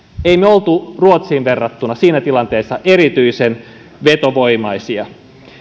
emme me olleet ruotsiin verrattuna siinä tilanteessa erityisen vetovoimaisia